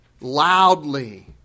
Loudly